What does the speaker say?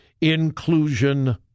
Inclusion